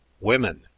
women